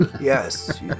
Yes